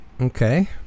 Okay